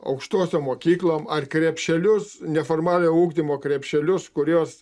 aukštosiom mokyklom ar krepšelius neformaliojo ugdymo krepšelius kurios